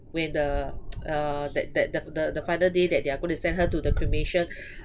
when the uh that that the the the final day that they are going to send her to the cremation